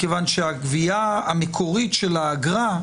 מכיוון שהגבייה המקורית של האגרה,